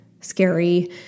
scary